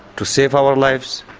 to save our lives.